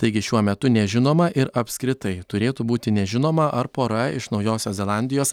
taigi šiuo metu nežinoma ir apskritai turėtų būti nežinoma ar pora iš naujosios zelandijos